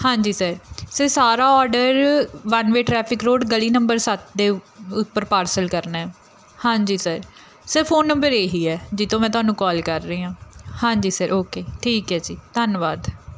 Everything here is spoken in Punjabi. ਹਾਂਜੀ ਸਰ ਸਰ ਸਾਰਾ order one way traffic road ਗਲੀ ਨੰਬਰ ਸੱਤ ਦੇ ਉੱਪਰ ਪਾਰਸਲ ਕਰਨਾ ਹਾਂਜੀ ਸਰ ਸਰ ਫੋਨ ਨੰਬਰ ਇਹੀ ਹੈ ਜਿਹਤੋਂ ਮੈਂ ਤੁਹਾਨੂੰ ਕਾਲ ਕਰ ਰਹੀ ਹਾਂ ਹਾਂਜੀ ਸਰ ਓਕੇ ਠੀਕ ਹੈ ਜੀ ਧੰਨਵਾਦ